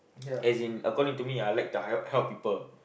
as in according to me I like to h~ help people